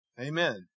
Amen